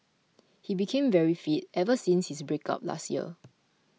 he became very fit ever since his break up last year